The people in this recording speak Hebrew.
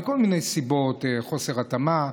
מכל מיני סיבות: חוסר התאמה,